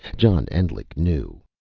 john endlich knew.